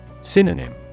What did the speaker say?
Synonym